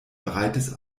breites